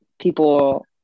people